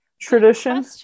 tradition